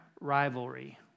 rivalry